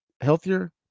healthier